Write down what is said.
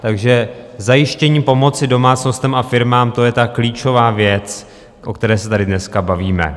Takže zajištění pomoci domácnostem a firmám, to je ta klíčová věc, o které se tady dneska bavíme.